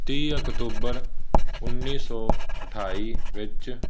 ਤੀਹ ਅਕਤੂਬਰ ਉੱਨੀ ਸੌ ਅਠਾਈ ਵਿੱਚ